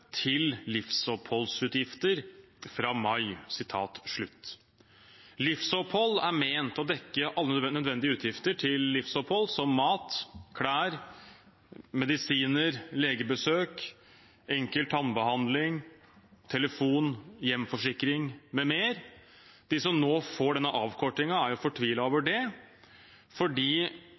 til livsoppholdsutgifter fra mai. Livsopphold er ment å dekke alle nødvendige utgifter til livsopphold, som mat, klær, medisiner, legebesøk, enkel tannbehandling, telefon, hjemforsikring m.m. De som nå får denne avkortingen, er fortvilet over det,